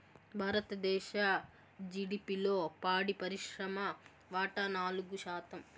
భారతదేశ జిడిపిలో పాడి పరిశ్రమ వాటా నాలుగు శాతం